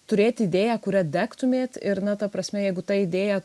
turėti idėją kuria degtumėt ir na ta prasme jeigu ta idėja